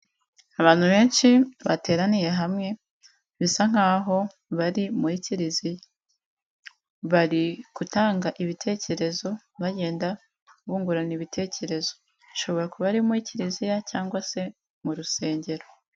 Abantu benshi bateraniye hamwe bisa nk'aho bari muri kiliziya bari gutanga ibitekerezo bagenda bungurana ibitekerezo, bishobora kuba ari muri kiliziya cyangwa se mu rusengero.